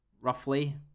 Roughly